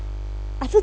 I feel